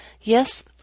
Yes